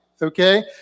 Okay